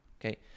Okay